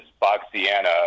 *Boxiana*